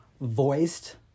voiced